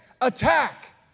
attack